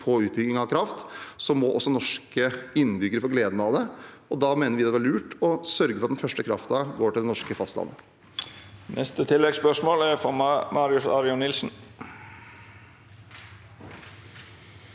på utbygging av kraft, må også norske innbyggere få glede av det. Da mener vi det var lurt å sørge for at den første kraften går til det norske fastlandet. Marius Arion Nilsen